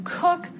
cook